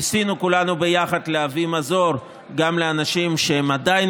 ניסינו כולנו יחד להביא מזור גם לאנשים שעדיין